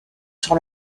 sur